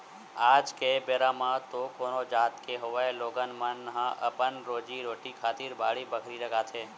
आज के बेरा म तो कोनो जात के होवय लोगन मन ह अपन रोजी रोटी खातिर बाड़ी बखरी लगाथे